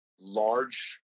large